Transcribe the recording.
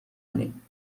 کنیم